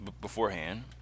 beforehand